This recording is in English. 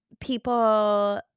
people